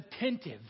attentive